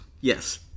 Yes